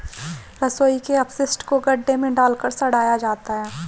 रसोई के अपशिष्ट को गड्ढे में डालकर सड़ाया जाता है